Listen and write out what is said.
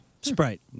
Sprite